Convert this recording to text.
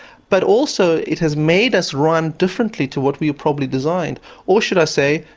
but also it has made us run differently to what we are probably designed or, should i say,